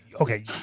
okay